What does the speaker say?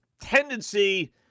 tendency